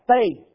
faith